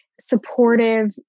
supportive